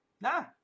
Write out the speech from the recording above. Nah